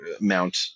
mount